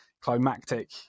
climactic